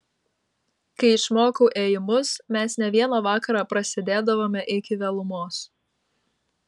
kai išmokau ėjimus mes ne vieną vakarą prasėdėdavome iki vėlumos